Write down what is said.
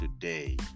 Today